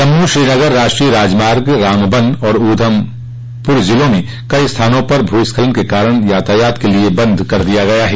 जम्मू श्रीनगर राष्ट्रीय राजमार्ग रामबन और ऊधमपुर जिलों में कई स्थानों पर भूस्खलन के कारण यातायात केलिए बन्द कर दिया गया है